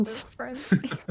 Friends